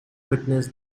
witnessed